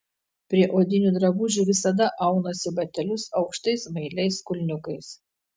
prie odinių drabužių visada aunuosi batelius aukštais smailiais kulniukais